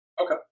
Okay